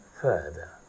further